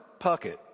Puckett